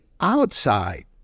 outside